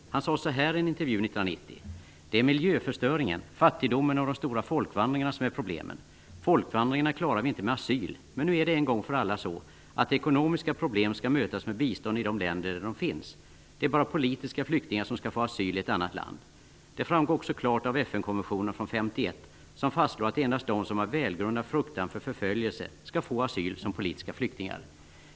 Han sade i en intervju år 1990: ''Det är miljöförstöringen, fattigdomen och de stora folkvandringarna som är problemen. Folkvandringarna klarar vi inte med asyl. Men nu är det en gång för alla så att ekonomiska problem skall mötas med bistånd i de länder där de finns, det är bara politiska flyktingar som skall få asyl i ett annat land. Det framgår också klart att FN-konventionen från 1951 som fastslår att endast de som har välgrundad fruktan för förföljelse skall få asyl som politiska flyktingar.